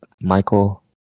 Michael